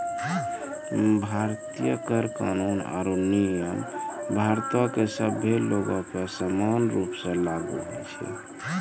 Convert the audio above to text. भारतीय कर कानून आरु नियम भारतो के सभ्भे लोगो पे समान रूपो से लागू होय छै